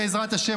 בעזרת ה',